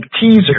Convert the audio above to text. teaser